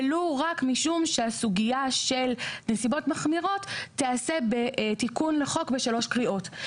ולו רק משום שהסוגיה של נסיבות מחמירות תיעשה בתיקון לחוק בשלוש קריאות.